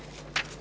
Hvala.